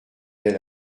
elle